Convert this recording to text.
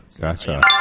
Gotcha